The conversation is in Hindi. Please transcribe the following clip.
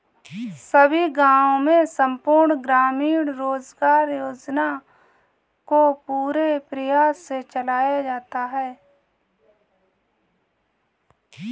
सभी गांवों में संपूर्ण ग्रामीण रोजगार योजना को पूरे प्रयास से चलाया जाता है